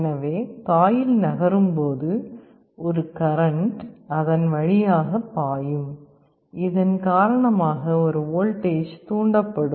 எனவே காயில் நகரும்போது ஒரு கரண்ட் அதன் வழியாக பாயும் இதன் காரணமாக ஒரு வோல்டேஜ் தூண்டப்படும்